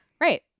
Right